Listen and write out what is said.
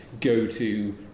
go-to